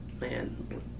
man